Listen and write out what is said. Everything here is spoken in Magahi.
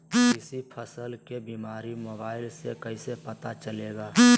किसी फसल के बीमारी मोबाइल से कैसे पता चलेगा?